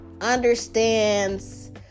understands